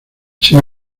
sin